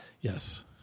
Yes